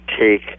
take